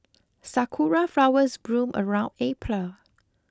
sakura flowers bloom around April